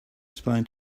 explain